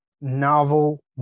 novel